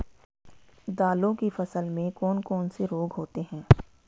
दालों की फसल में कौन कौन से रोग होते हैं?